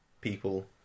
people